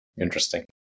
Interesting